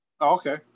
Okay